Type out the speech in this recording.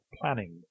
planning